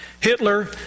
Hitler